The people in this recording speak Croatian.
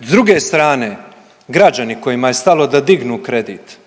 S druge strane građani kojima je stalo da dignu kredit,